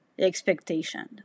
expectation